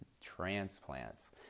transplants